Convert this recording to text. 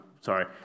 sorry